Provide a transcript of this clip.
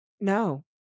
no